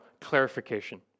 clarification